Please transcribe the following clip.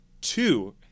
two